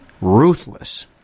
ruthless